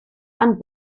and